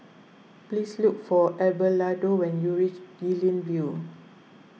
please look for Abelardo when you reach Guilin View